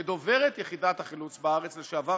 כדוברת יחידת החילוץ בארץ לשעבר,